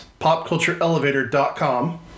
popcultureelevator.com